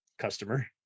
Customer